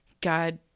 God